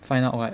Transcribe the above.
find out what